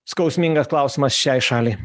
skausmingas klausimas šiai šaliai